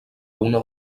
una